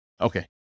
Okay